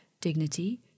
dignity